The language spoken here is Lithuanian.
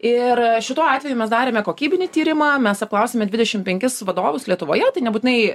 ir šituo atveju mes darėme kokybinį tyrimą mes apklausėme dvidešimt penkis vadovus lietuvoje tai nebūtinai